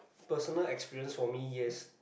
personal experience for me yes